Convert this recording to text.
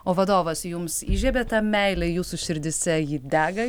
o vadovas jums įžiebė tą meilę jūsų širdyse ji dega